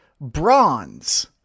bronze